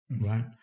right